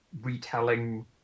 retelling